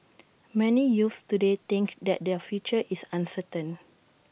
many youths today think that their future is uncertain